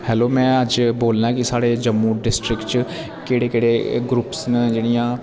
hello मै अज्ज बोलना ऐ की साढ़े जम्मू डिस्ट्रिक्ट च केह्ड़े केह्ड़े ग्रुप्स न जेह्ड़िया